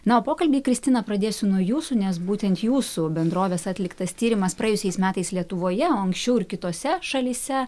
na o pokalbį kristina pradėsiu nuo jūsų nes būtent jūsų bendrovės atliktas tyrimas praėjusiais metais lietuvoje o anksčiau ir kitose šalyse